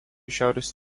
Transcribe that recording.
šiaurės